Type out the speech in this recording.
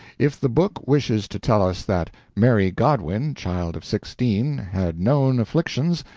if the book wishes to tell us that mary godwin, child of sixteen, had known afflictions,